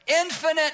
infinite